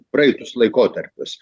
praeitus laikotarpius